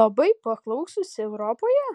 labai paklausūs europoje